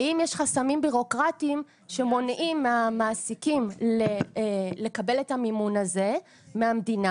האם יש חסמים בירוקרטיים שמונעים מהמעסיקים לקבל את המימון הזה מהמדינה?